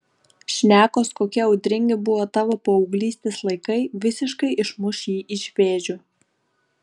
šnekos kokie audringi buvo tavo paauglystės laikai visiškai išmuš jį iš vėžių